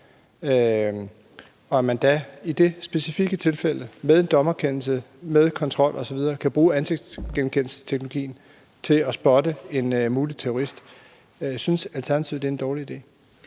og man da i det specifikke tilfælde med en dommerkendelse, med kontrol osv. kan bruge ansigtsgenkendelsesteknologien til at spotte en mulig terrorist, synes Alternativet så, det er en dårlig idé?